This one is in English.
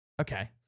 Okay